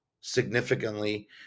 significantly